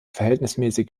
verhältnismäßig